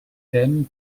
thèmes